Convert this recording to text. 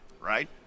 right